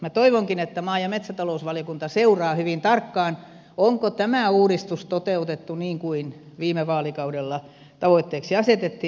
minä toivonkin että maa ja metsätalousvaliokunta seuraa hyvin tarkkaan onko tämä uudistus toteutettu niin kuin viime vaalikaudella tavoitteeksi asetettiin